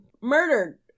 murdered